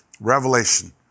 Revelation